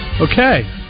Okay